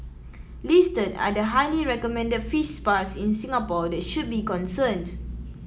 listed are the highly recommended fish spas in Singapore that should be concerned